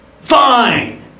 fine